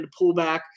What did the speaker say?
pullback